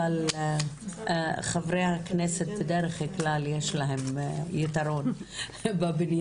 אבל חברי הכנסת בדרך כלל יש להם יתרון בבניין,